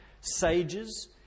Sages